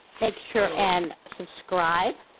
make sure and subscribe.